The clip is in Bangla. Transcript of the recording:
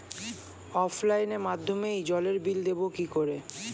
অফলাইনে মাধ্যমেই জলের বিল দেবো কি করে?